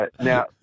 Now